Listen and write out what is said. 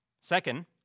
Second